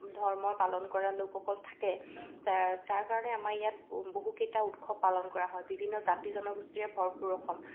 ধৰ্ম পালন কৰা লোকসকল থাকে তা তাৰ কাৰণে আমাৰ ইয়াত ব বহুকেইটা উৎসৱ পালন কৰা হয় বিভিন্ন জাতি জনগোষ্ঠীৰে ভৰপূৰ অসম